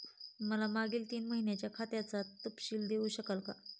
मला मागील तीन महिन्यांचा खात्याचा तपशील देऊ शकाल का?